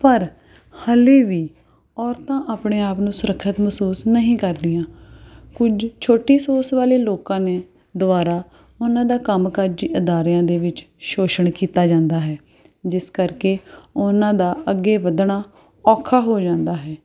ਪਰ ਹਾਲੇ ਵੀ ਔਰਤਾਂ ਆਪਣੇ ਆਪ ਨੂੰ ਸੁਰੱਖਿਅਤ ਮਹਿਸੂਸ ਨਹੀਂ ਕਰਦੀਆਂ ਕੁਝ ਛੋਟੀ ਸੋਚ ਵਾਲੇ ਲੋਕਾਂ ਨੇ ਦੁਬਾਰਾ ਉਹਨਾਂ ਦਾ ਕੰਮਕਾਜੀ ਅਦਾਰਿਆਂ ਦੇ ਵਿੱਚ ਸ਼ੋਸ਼ਣ ਕੀਤਾ ਜਾਂਦਾ ਹੈ ਜਿਸ ਕਰਕੇ ਉਹਨਾਂ ਦਾ ਅੱਗੇ ਵਧਣਾ ਔਖਾ ਹੋ ਜਾਂਦਾ ਹੈ